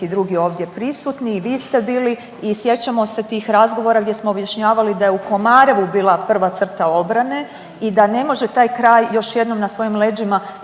drugi ovdje prisutni i vi ste bili i sjećamo se tih razgovora gdje smo objašnjavali da je u Komarevu bila prva crta obrane i da ne može taj kraj još jednom na svojim leđima